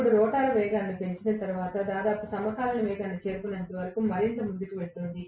ఇప్పుడు రోటర్ వేగాన్ని పెంచిన తర్వాత ఇది దాదాపు సమకాలిక వేగాన్ని చేరుకునే వరకు మరింత ముందుకు వెళుతుంది